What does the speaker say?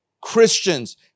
Christians